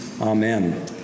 Amen